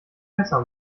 messer